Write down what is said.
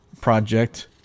project